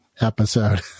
episode